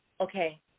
okay